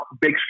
big